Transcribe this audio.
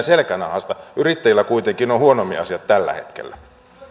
selkänahasta yrittäjillä kuitenkin on huonommin asiat tällä hetkellä